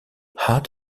had